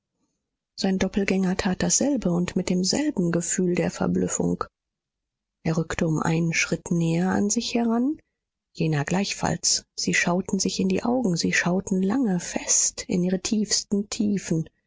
sein doppelgänger tat dasselbe und mit demselben gefühl der verblüffung er rückte um einen schritt näher an sich heran jener gleichfalls sie schauten sich in die augen sie schauten lange fest in ihre tiefsten tiefen